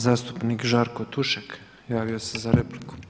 Zastupnik Žarko Tušek javio se za repliku.